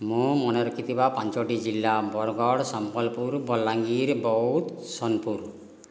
ମୁଁ ମନେ ରଖିଥିବା ପାଞ୍ଚଟି ଜିଲ୍ଲା ବରଗଡ଼ ସମ୍ବଲପୁର ବଲାଙ୍ଗୀର ବଉଦ ସୋନପୁର